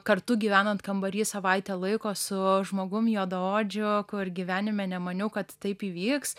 kartu gyvenant kambary savaitę laiko su žmogum juodaodžio ko ir gyvenime nemaniau kad taip įvyks